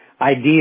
idea